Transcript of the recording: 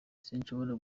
sinshobora